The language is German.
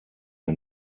der